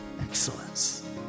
Excellence